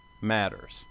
matters